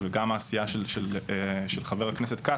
וגם העשייה של חבר הכנסת כץ,